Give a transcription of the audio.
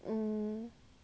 mm